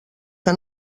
que